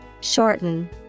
Shorten